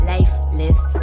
Lifeless